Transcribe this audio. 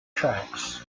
tracks